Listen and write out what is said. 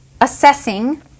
assessing